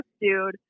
dude